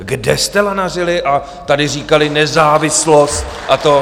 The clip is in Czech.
Kde jste lanařili a tady říkali, nezávislost a to...?